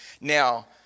Now